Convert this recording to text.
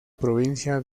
provincia